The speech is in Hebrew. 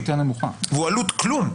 והוא עלות כלום.